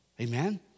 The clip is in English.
Amen